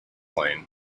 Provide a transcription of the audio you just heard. lane